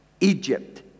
Egypt